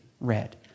red